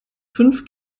fünf